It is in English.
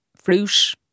Fruit